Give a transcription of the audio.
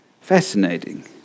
Fascinating